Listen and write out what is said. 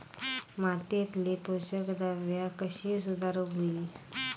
मातीयेतली पोषकद्रव्या कशी सुधारुक होई?